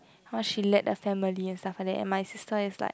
how she led the family and stuff like that and my sister is like